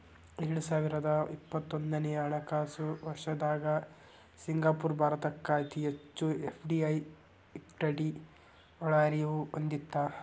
ಎರಡು ಸಾವಿರದ ಇಪ್ಪತ್ತೊಂದನೆ ಹಣಕಾಸು ವರ್ಷದ್ದಾಗ ಸಿಂಗಾಪುರ ಭಾರತಕ್ಕ ಅತಿ ಹೆಚ್ಚು ಎಫ್.ಡಿ.ಐ ಇಕ್ವಿಟಿ ಒಳಹರಿವು ಹೊಂದಿತ್ತ